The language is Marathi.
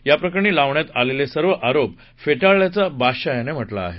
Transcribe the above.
याप्रकरणी लावण्यात आलेले सर्व आरोप फेटाळल्याचं बादशाह यानं म्हटलं आहे